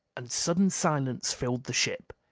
and sudden silence filled the ship.